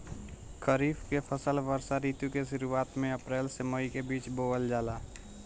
खरीफ के फसल वर्षा ऋतु के शुरुआत में अप्रैल से मई के बीच बोअल जाला